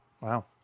Wow